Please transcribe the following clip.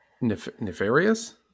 nefarious